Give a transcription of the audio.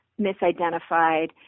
misidentified